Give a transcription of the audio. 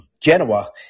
genoa